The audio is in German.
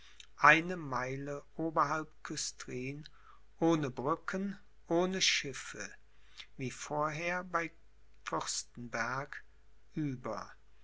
eine meile oberhalb küstrin ohne brücken ohne schiffe wie vorher bei fürstenberg über